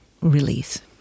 release